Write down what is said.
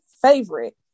favorite